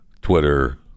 Twitter